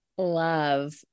love